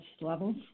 levels